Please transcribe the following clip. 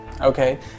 Okay